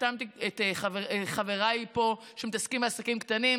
החתמתי את חבריי פה שמתעסקים עם העסקים הקטנים,